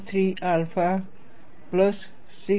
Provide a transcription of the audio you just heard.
3 alpha plus 6